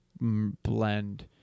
blend